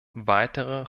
weitere